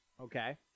Okay